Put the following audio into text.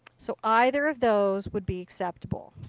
so either of those would be acceptable.